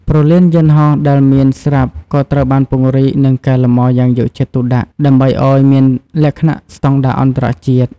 ព្រលានយន្តហោះដែលមានស្រាប់ក៏ត្រូវបានពង្រីកនិងកែលម្អយ៉ាងយកចិត្តទុកដាក់ដើម្បីឲ្យមានលក្ខណៈស្តង់ដារអន្តរជាតិ។